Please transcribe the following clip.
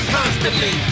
constantly